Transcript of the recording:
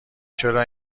چرا